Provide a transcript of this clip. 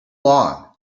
long